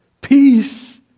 Peace